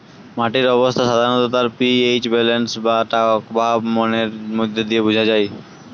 মাটির অবস্থা সাধারণত তার পি.এইচ ব্যালেন্স বা টকভাব মানের মধ্যে দিয়ে বুঝা যায়